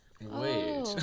wait